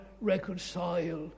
reconcile